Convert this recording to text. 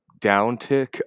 downtick